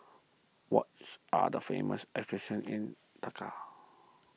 are the famous attractions in Dakar